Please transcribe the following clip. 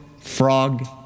frog